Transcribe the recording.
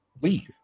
leave